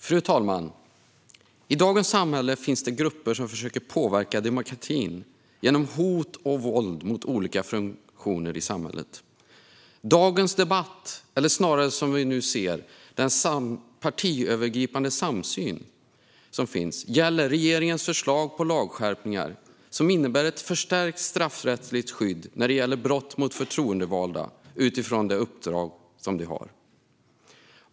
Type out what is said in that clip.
Fru talman! I dagens samhälle finns det grupper som försöker att påverka demokratin genom hot och våld mot olika funktioner i samhället. Dagens debatt - eller snarare den partiöverskridande samsyn som finns - gäller regeringens förslag på lagskärpningar, som innebär ett förstärkt straffrättsligt skydd när det gäller brott mot förtroendevalda utifrån det uppdrag som de har.